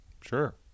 sure